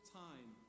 time